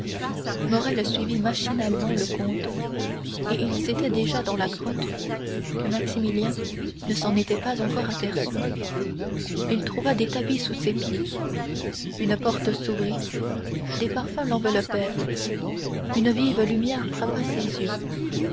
morrel suivit machinalement le comte et ils étaient déjà dans la grotte que maximilien ne s'en était pas encore aperçu il trouva des tapis sous ses pieds une porte s'ouvrit des parfums l'enveloppèrent une vive lumière frappa ses yeux